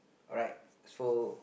alright so